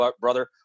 brother